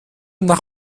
nach